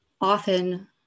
often